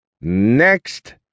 Next